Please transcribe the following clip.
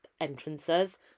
entrances